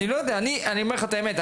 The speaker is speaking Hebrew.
אני אומר לך את האמת.